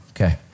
Okay